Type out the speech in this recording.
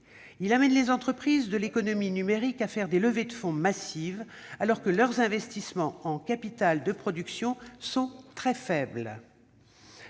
il amène les entreprises de l'économie numérique à faire des levées de fonds massives, alors que leurs investissements en « capital de production » sont très faibles